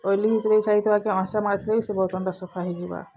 oily ହେଇଥିଲେ ବି ସଫା ହେଇଯିବା ଅଏଁସା ହେଇଥିଲେ ବି ବହୁତ୍ ଏନ୍ତା ସଫା ହେଇଯିବା